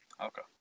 Okay